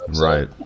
Right